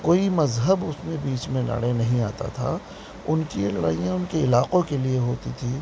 کوئی مذہب اس میں بیچ میں لڑے نہیں آتا تھا ان کی لڑائیاں ان کے علاقوں کے لیے ہوتی تھی